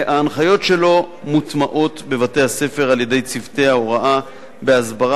וההנחיות שלו מוטמעות בבתי-הספר על-ידי צוותי ההוראה בהסברה